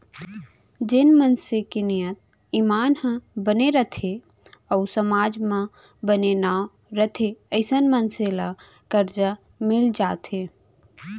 जेन मनसे के नियत, ईमान ह बने रथे अउ समाज म बने नांव रथे अइसन मनसे ल करजा मिल जाथे